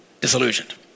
disillusioned